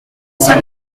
saint